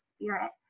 spirit